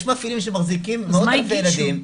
יש מעסיקים שמחזיקים מאות אלפי ילדים,